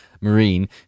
marine